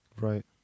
Right